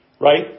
right